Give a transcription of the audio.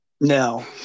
No